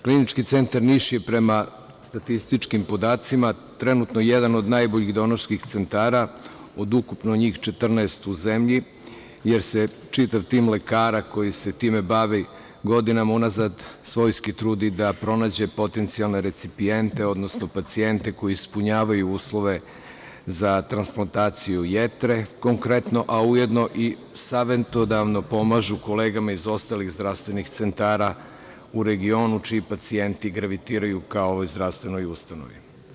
Klinički centar Niš je prema statističkim podacima trenutno jedan od najboljih donorskih centara od ukupno njih 14 u zemlji jer se čitav tim lekara koji se time bave godinama unazad svojski trude da pronađu potencijalne recipijente, odnosno pacijente koji ispunjavaju uslove za transplataciju jetre konkretno, a ujedno i savetodavno pomažu kolegama iz ostalih zdravstvenih centara u regionu, čiji pacijenti gravitiraju ka ovo zdravstvenoj ustanovi.